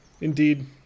Indeed